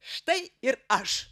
štai ir aš